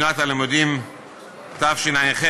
בשנת הלימודים תשע"ח.